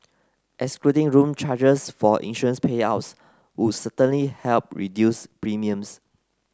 excluding room charges for insurance payouts would certainly help reduce premiums